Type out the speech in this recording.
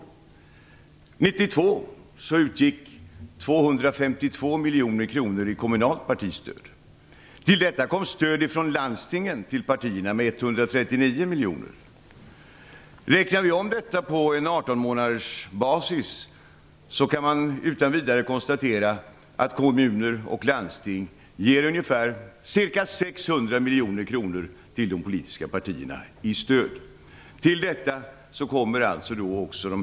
1992 utgick 252 miljoner kronor i kommunalt partistöd. Till detta kom stöd från landstingen till partierna med 139 miljoner. Omräknat på 18-månadersbasis kan man utan vidare konstatera att kommuner och landsting ger de politiska partierna ca 600 miljoner kronor i stöd.